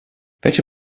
welche